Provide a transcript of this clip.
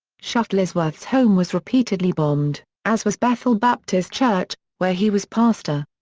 shuttlesworth's home was repeatedly bombed, as was bethel baptist church, where he was pastor.